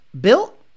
Built